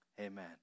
Amen